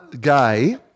Gay